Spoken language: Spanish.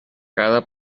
cada